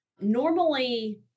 Normally